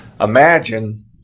Imagine